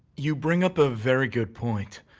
you bring up a very good point.